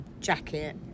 jacket